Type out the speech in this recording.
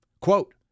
Quote